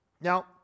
Now